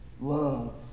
Love